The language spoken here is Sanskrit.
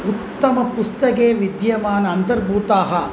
उत्तम पुस्तके विद्यमानाः अन्तर्भूताः